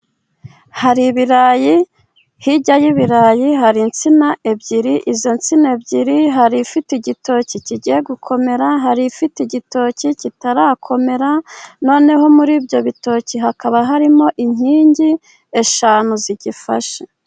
Hari ibirayi, hirya y'ibirayi hari insina ebyiri, izo nsina ebyiri hari ifite igitoki kigiye gukomera, hari ifite igitoki kitarakomera, noneho muri ibyo bitoki, hakaba harimo inkingi eshanu zigifashe.